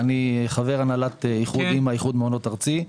אני חבר הנהלת א.מ.א., איחוד מעונות ארצי.